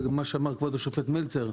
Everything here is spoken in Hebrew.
וכפי שאמר כבוד השופט מלצר,